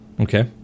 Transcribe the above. Okay